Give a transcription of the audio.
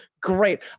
great